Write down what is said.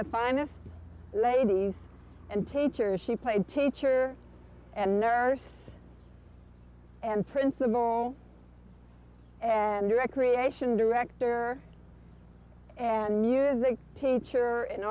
the finest ladies and teachers she played teacher and nurse and principal and recreation director and music teacher an